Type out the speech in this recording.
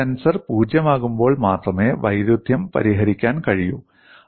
stress tensor പൂജ്യമാകുമ്പോൾ മാത്രമേ വൈരുദ്ധ്യം പരിഹരിക്കാൻ കഴിയൂ